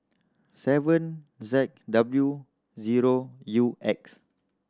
seven Z W zero U X